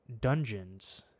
dungeons